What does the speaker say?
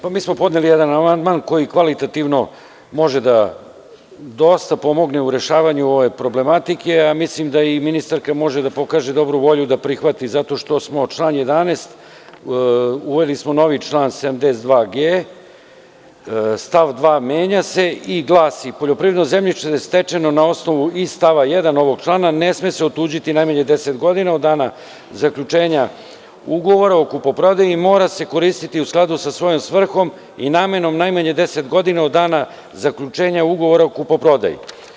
Pa mi smo podneli jedan amandman koji kvalitativno može da dosta pomogne u rešavanju ove problematike, a mislim da i ministarka može da pokaže dobru volju da prihvati zato što smo član 11, uveli smo novi član 72g stav 2. menja se i glasi – poljoprivredno zemljište stečeno na osnovu iz stava 1. ovog člana ne sme otuđiti najmanje 10 godina od dana zaključenja ugovora o kupoprodaji i mora se koristiti u skladu sa svojom svrhom i namenom najmanje 10 godina od dana zaključenja ugovora o kupoprodaji.